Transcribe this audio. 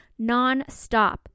nonstop